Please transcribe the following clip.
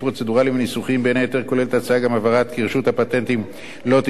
בין היתר כוללת ההצעה גם הבהרה כי רשות הפטנטים לא תגבה אגרת פרסום,